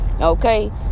okay